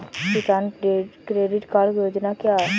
किसान credit card योजना क्या है?